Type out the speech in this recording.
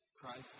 Christ